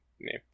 name